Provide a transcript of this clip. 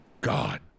God